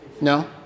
No